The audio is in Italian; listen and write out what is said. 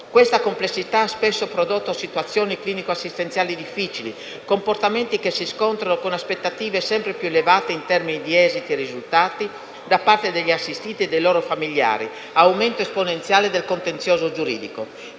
Questa complessità ha spesso prodotto situazioni clinico-assistenziali difficili, comportamenti che si scontrano con aspettative sempre più elevate in termini di esiti e risultati da parte degli assistiti e dei loro familiari, aumento esponenziale del contenzioso giuridico.